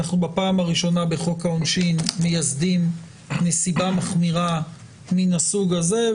אנחנו בפעם הראשונה בחוק העונשין מייסדים נסיבה מחמירה מן הסוג הזה.